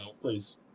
Please